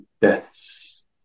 deaths